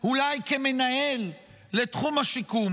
אולי כמנהל לתחום השיקום.